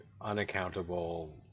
unaccountable